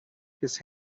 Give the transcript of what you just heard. his